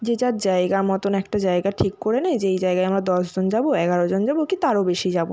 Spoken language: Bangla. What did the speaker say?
যে যার জায়গা মতন একটা জায়গা ঠিক করে নিই যে এই জায়গায় আমরা দশজন যাবো এগারো জন যাবো কী তারও বেশি যাবো